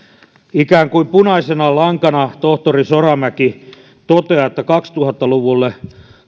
ikään kuin punaisena lankana tohtori soramäki toteaa että kaksituhatta luvulle